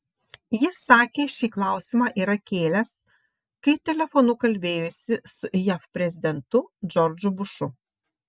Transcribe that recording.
jis sakė šį klausimą yra kėlęs kai telefonu kalbėjosi su jav prezidentu džordžu bušu